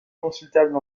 consultable